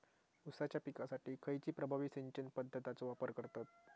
ऊसाच्या पिकासाठी खैयची प्रभावी सिंचन पद्धताचो वापर करतत?